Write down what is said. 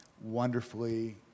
wonderfully